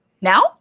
now